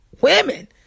women